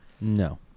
No